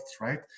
right